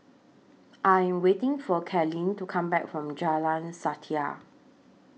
I Am waiting For Kathryn to Come Back from Jalan Setia